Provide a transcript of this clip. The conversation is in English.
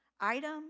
item